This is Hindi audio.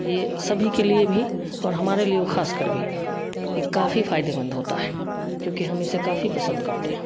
ये सभी के लिए भी और हमारे लिए वो खासकर भी ये काफ़ी फायदेमंद होता है क्योंकि हम इसे काफ़ी पसंद करते हैं